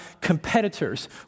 competitors